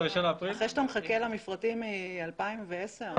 אחרי שאתה מחכה למפרטים מ-2010?